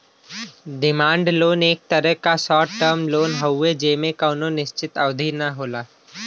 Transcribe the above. demand loan एक तरे क शार्ट टर्म लोन हउवे जेमे कउनो निश्चित अवधि न होला